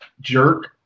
jerk